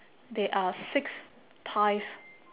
there are six pies